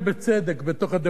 בתוך הדמוקרטיה הזאת,